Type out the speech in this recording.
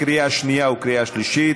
בקריאה שנייה וקריאה שלישית.